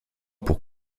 pour